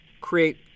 create